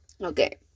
Okay